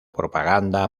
propaganda